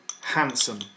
handsome